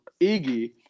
Iggy